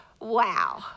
wow